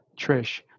Trish